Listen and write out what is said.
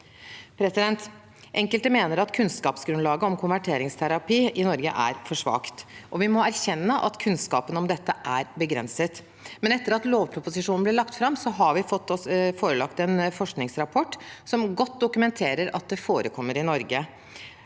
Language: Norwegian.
om. Enkelte mener at kunnskapsgrunnlaget om konverteringsterapi i Norge er for svakt. Vi må erkjenne at kunnskapen om dette er begrenset, men etter at lovproposisjonen ble lagt fram, har vi fått oss forelagt en forskningsrapport som godt dokumenter at konverteringsterapi forekommer i Norge.